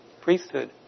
priesthood